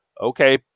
okay